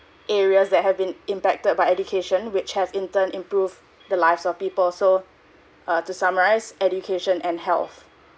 areas that have been impacted by education which has in turn improve the lives of people so uh to summarise education and health